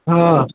हाँ